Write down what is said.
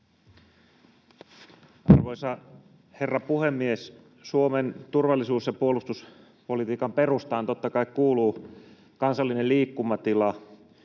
Arvoisa herra puhemies! Suomen turvallisuus- ja puolustuspolitiikan perustaan totta kai kuuluu kansallinen liikkumatila,